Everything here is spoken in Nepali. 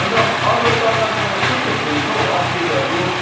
अनि त अरू तपाईँकोमा के के फुल छ हौ अर्किडहरू